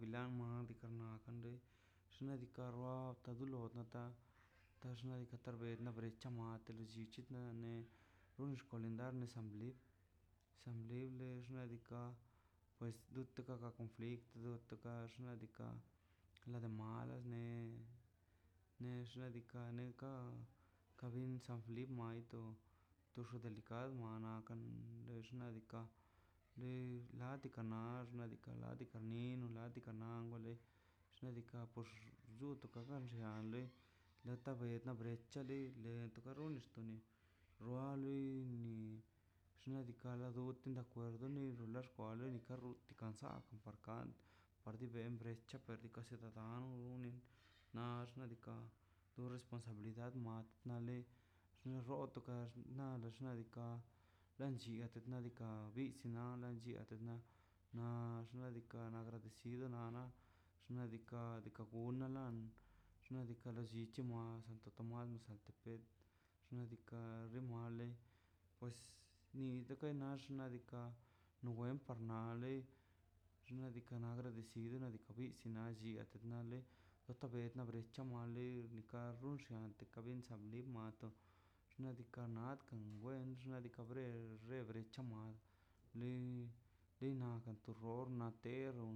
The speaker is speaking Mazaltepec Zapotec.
Diaka gavilan na kon loi xnaꞌ diika' loi okan loi natan ka (nose) xnaꞌ diikaꞌ tar ben na becha matela llichina me unex kalendar onli san lible nax diikaꞌ pues diika na konfli dun tuka xnaꞌ diikaꞌ kla de mala ne ne xnaꞌ diika' neka kan san felip maido tuxo delicad wa nakan le xnaꞌ diikaꞌ len ladikana nardika na la camino ladika nan gole xnaꞌ diikaꞌ pox lluntu tikan nax dan le lote na brec̱ha li le na tokanux ni xuali ni xnaꞌ diika' la dunt de acuerdo li le kwale nikan rut kansad tu parkand par li lin brecha decia degangu nli na xnaꞌ diikaꞌ to responsabilidad moale xin xoto ka xnaꞌ diikaꞌ dan lliate dika biz nalen lliatika xnaꞌ diikaꞌ na gradecido nara nadika to guna lan xnaꞌ diika lo llichi na santo tomás mazaltepec xnaꞌ diikaꞌ to male pues ni de tokanax xnaꞌ diikaꞌ nue par nale xnaꞌ diikaꞌ na agradecido na bika bis na lligate na le weta becha male kan xunllian ante kan li san bli mato xnaꞌ diikaꞌ nakkan wen xnaꞌ diikaꞌ peo rebrika cha mal lin kan lo to xnol ron